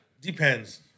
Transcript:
Depends